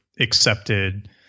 accepted